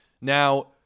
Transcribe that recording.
Now